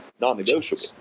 non-negotiable